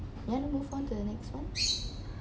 you want to move on to the next one